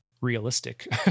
realistic